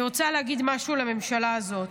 אני רוצה להגיד משהו לממשלה הזאת: